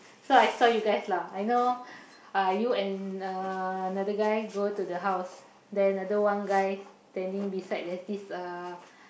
so I saw you guys lah I know uh you and uh another guy go to the house then another one guy standing beside there's this uh